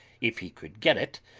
if he could get it,